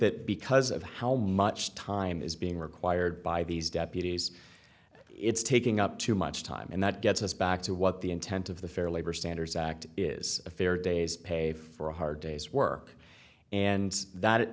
that because of how much time is being required by these deputies it's taking up too much time and that gets us back to what the intent of the fair labor standards act is a fair day's pay for a hard day's work and that